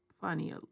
funny